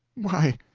why,